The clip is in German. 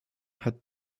hat